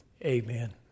Amen